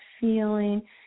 feeling